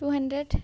two hundred